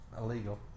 Illegal